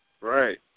Right